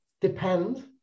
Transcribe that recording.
depend